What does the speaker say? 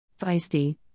Feisty